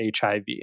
HIV